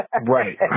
Right